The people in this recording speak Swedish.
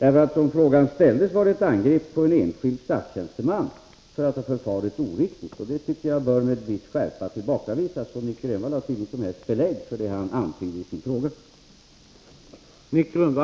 Som frågan ställdes var den ett angrepp på en enskild statstjänsteman för att han förfarit oriktigt, och det bör med viss skärpa tillbakavisas. Nic Grönvall har inget som helst belägg för det han antyder i sin fråga.